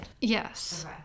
yes